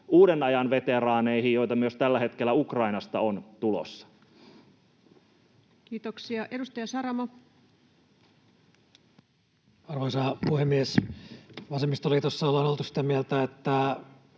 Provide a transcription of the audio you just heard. uuden ajan veteraaneihin, joita myös tällä hetkellä Ukrainasta on tulossa. Kiitoksia. — Edustaja Saramo. Arvoisa puhemies! Vasemmistoliitossa on oltu sitä mieltä, että